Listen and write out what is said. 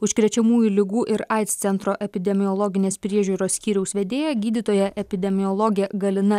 užkrečiamųjų ligų ir aids centro epidemiologinės priežiūros skyriaus vedėja gydytoja epidemiologė galina